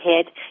ahead